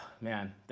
Man